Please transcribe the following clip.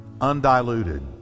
undiluted